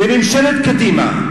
בממשלת קדימה,